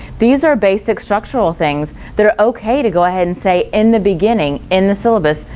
these are basic structural things that are ok to go ahead and say in the beginning, in the syllabus,